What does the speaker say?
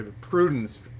prudence